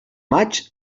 maig